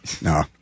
No